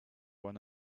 one